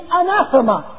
anathema